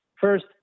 First